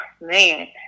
man